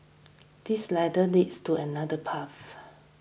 this ladder leads to another path